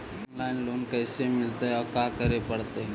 Online loan कैसे मिलतै औ का करे पड़तै?